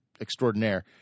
extraordinaire